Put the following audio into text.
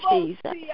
Jesus